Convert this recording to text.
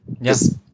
yes